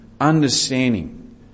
understanding